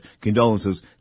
condolences